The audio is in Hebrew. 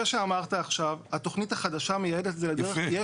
שאמרת עכשיו, התוכנית החדשה מייעדת את זה לדרך.